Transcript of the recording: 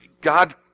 God